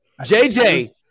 JJ